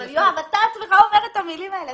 אתה בעצמך אומר את המילים האלה.